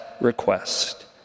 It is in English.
request